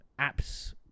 apps